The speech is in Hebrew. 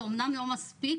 זה אומנם לא מספיק,